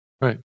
Right